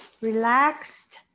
relaxed